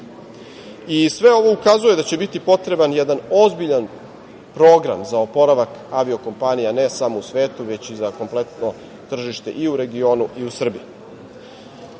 Sve ovo ukazuje da će biti potreban jedan ozbiljan program za oporavak avio-kompanija ne samo u svetu, već i za kompletno tržište i u regionu i u